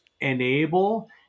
enable